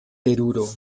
teruro